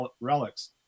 relics